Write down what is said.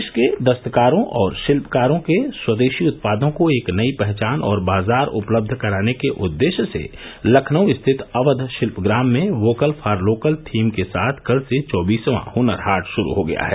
देश के दस्तकारों और शिल्पकारों के स्वदेशी उत्पादों को एक नई पहचान और बाजार उपलब्ध कराने के उद्देश्य से लखनऊ स्थित अवध शिल्पग्राम में वोकल फार लोकल थीम के साथ कल से चौबीसवां हनर हाट शुरू हो गया है